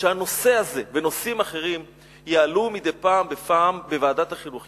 שהנושא הזה ונושאים אחרים יעלו מדי פעם בפעם בוועדת החינוך.